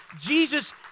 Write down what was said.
Jesus